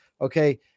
okay